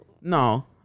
No